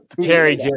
Terry